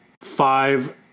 five